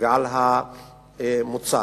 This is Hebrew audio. ועל המוצר.